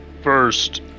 First